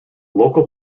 local